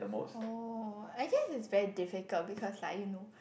oh I guess it's very difficult because like you know